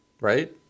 right